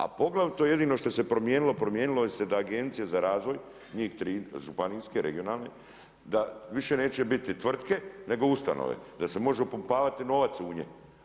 A poglavito jedino što se promijenilo, promijenilo se da Agencija za razvoj njih tri županijske, regionalne da više neće biti tvrtke nego ustanove, da se može upumpavati novac u nje.